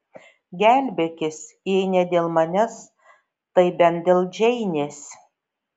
gelbėkis jei ne dėl manęs tai bent dėl džeinės